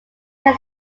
can